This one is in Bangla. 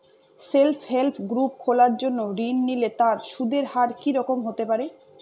সেল্ফ হেল্প গ্রুপ খোলার জন্য ঋণ নিলে তার সুদের হার কি রকম হতে পারে?